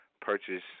purchase